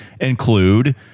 include